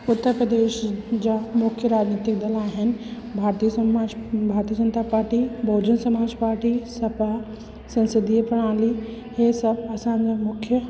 उत्तरप्रदेश जा मुख्य राजनितिक दल आहिनि भारतीय समाज भारतीय जन्ता पार्टी बहुजन समाज पार्टी सपा संसदीय प्रणाली इहे सभु असांजा मुख्य